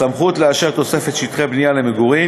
הסמכות לאשר תוספת שטחי בנייה למגורים